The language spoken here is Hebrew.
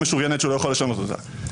משוריינת שהוא לא יכול לשנות אותה,